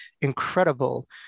incredible